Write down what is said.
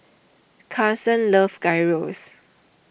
Carson loves Gyros